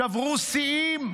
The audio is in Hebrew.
שברו שיאים.